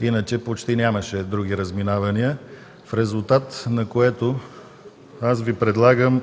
Иначе почти нямаше други разминавания. В резултат на това предлагам